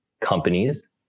companies